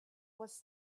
was